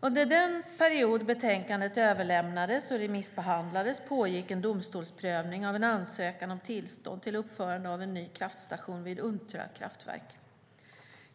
Under den period betänkandet överlämnades och remissbehandlades pågick en domstolsprövning av en ansökan om tillstånd till uppförande av en ny kraftstation vid Untra kraftverk.